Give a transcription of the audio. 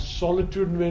solitude